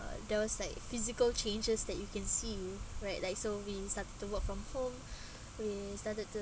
uh those like physical changes that you can see right like so when you started to work from home we started to